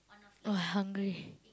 !wah! hungry